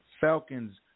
Falcons